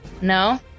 No